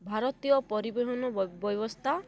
ଭାରତୀୟ ପରିବହନ ବ୍ୟବସ୍ଥା